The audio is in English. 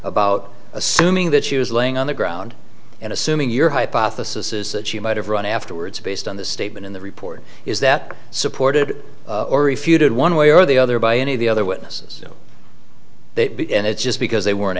about assuming that she was laying on the ground and assuming your hypothesis is that she might have run afterwards based on the statement in the report is that supported or refuted one way or the other by any of the other witnesses and it's just because they weren't